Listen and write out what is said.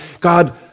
God